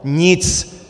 Nic.